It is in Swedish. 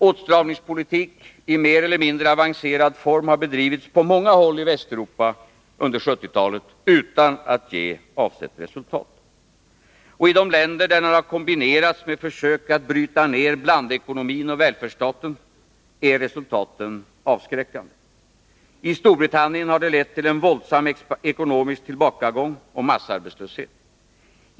Åtstramningspolitik i mer eller mindre avancerad form har under 1970-talet bedrivits på många håll i Västeuropa utan att ge avsett resultat. Och i de länder där den har kombinerats med försök att bryta ner blandekonomin och välfärdsstaten är resultaten avskräckande. I Storbritannien har det lett till en våldsam ekonomisk tillbakagång och massarbetslöshet.